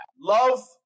Love